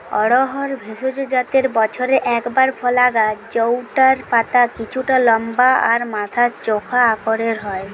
অড়হর ভেষজ জাতের বছরে একবার ফলা গাছ জউটার পাতা কিছুটা লম্বা আর মাথা চোখা আকারের হয়